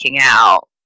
out